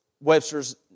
Webster's